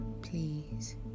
Please